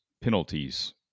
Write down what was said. penalties